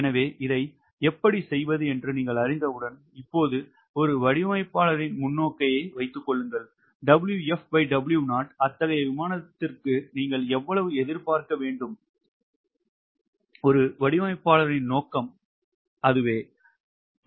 எனவே இதை எப்படி செய்வது என்று நீங்கள் அறிந்தவுடன் இப்போது ஒரு வடிவமைப்பாளரின் முன்னோக்கை வைத்துக் கொள்ளுங்கள் 𝑊𝑓𝑊0 அத்தகைய விமானத்திற்கு நீங்கள் எவ்வளவு எதிர்பார்க்க வேண்டும் ஒரு வடிவமைப்பாளரின் நோக்கம் அதுதான்